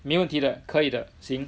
没问题的可以的行